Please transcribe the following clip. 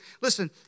Listen